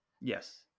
Yes